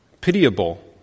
pitiable